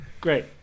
great